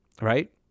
right